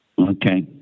Okay